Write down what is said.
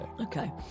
Okay